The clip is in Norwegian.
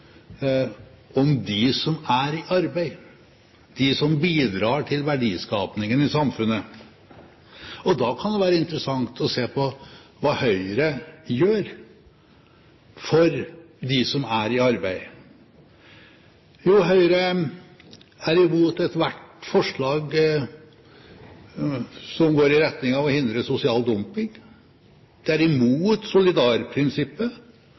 om dem som er i arbeid – de som bidrar til verdiskapingen i samfunnet. Da kan det være interessant å se på hva Høyre gjør for dem som er i arbeid. Jo, Høyre er imot ethvert forslag som går i retning av å hindre sosial dumping, de er imot solidarprinsippet,